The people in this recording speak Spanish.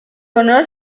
honor